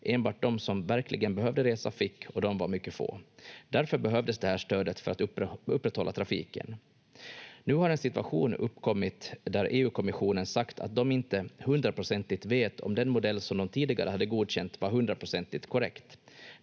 Enbart de som verkligen behövde resa fick, och de var mycket få. Därför behövdes det här stödet för att upprätthålla trafiken. Nu har en situation uppkommit där EU-kommissionen sagt att de inte hundraprocentigt vet om den modell som de tidigare hade godkänt var hundraprocentigt korrekt.